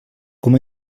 com